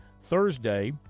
Thursday